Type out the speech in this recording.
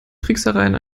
tricksereien